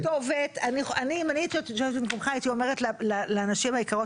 אני אם הייתי יושבת במקומך הייתי אומרת לנשים היקרות